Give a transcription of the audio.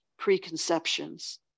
preconceptions